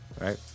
Right